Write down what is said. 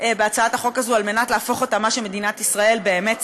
בהצעת החוק הזאת על מנת להפוך אותה למה שמדינת ישראל באמת צריכה.